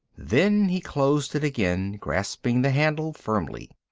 then he closed it again, grasping the handle firmly.